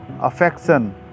affection